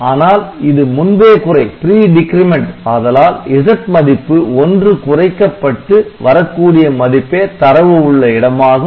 ஆனால் இது முன்பே குறை ஆதலால் Z மதிப்பு ஒன்று குறைக்கப்பட்டு வரக்கூடிய மதிப்பே தரவு உள்ள இடமாகும்